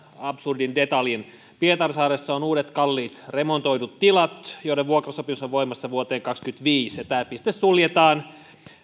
absurdin detaljin pietarsaaressa on uudet kalliit remontoidut tilat joiden vuokrasopimus on voimassa vuoteen kaksikymmentäviisi ja tämä piste suljetaan